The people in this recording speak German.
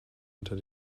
unter